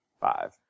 Five